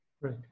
Right